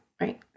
Right